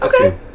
okay